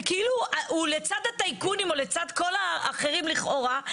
זה כאילו הוא לצד הטייקונים או לצד כל האחרים לכאורה,